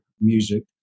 music